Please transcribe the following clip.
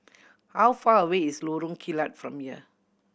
how far away is Lorong Kilat from here